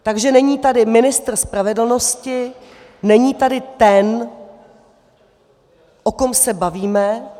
Takže není tady ministr spravedlnosti, není tady ten, o kom se bavíme.